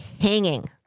hanging